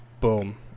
Boom